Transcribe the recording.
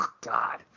God